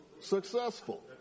successful